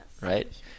right